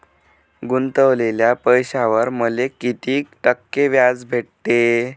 गुतवलेल्या पैशावर मले कितीक टक्के व्याज भेटन?